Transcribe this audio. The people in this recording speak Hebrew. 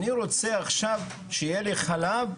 אני רוצה עכשיו שיהיה לי חלב...